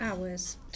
hours